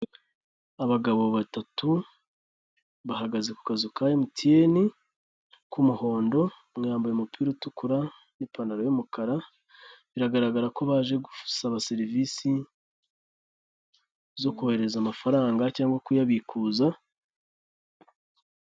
Abagabo batatu bahagaze ku kazu ka emutiyeni, k'umuhondo, umwe yambaye umupira utukura, n'ipantaro y'umukara, biragaragara ko baje gusaba serivisi zo kohereza amafaranga cyangwa kuyabikuza.